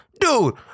dude